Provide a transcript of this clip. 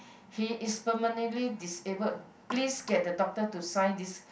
he is permanently disabled please get the doctor to sign this